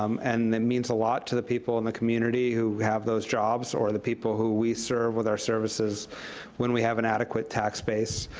um and that means a lot to the people in the community who have those jobs or the people who we serve with our services when we have an adequate tax base.